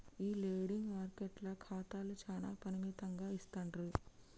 ఈ లెండింగ్ మార్కెట్ల ఖాతాలు చానా పరిమితంగా ఇస్తాండ్రు